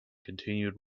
continued